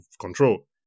control